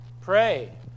pray